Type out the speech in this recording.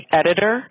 editor